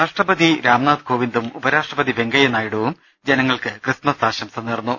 രാഷ്ട്രപതി രാംനാഥ് കോവിന്ദും ഉപരാഷ്ട്രപതി വെങ്കയ്യ നായിഡുവും ജനങ്ങൾക്ക് ക്രിസ്മസ് ആശംസ നേർന്നു